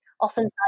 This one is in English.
often